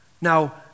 Now